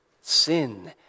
sin